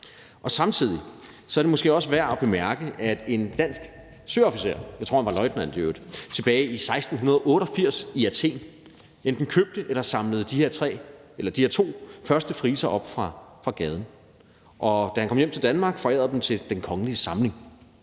Samtidig er det måske også værd at bemærke, at en dansk søofficer – jeg tror i øvrigt, han var løjtnant – tilbage i 1688 i Athen enten købte eller samlede de her to første friser op fra gaden. Og da han kom hjem til Danmark, forærede han dem til Den Kongelige Samling,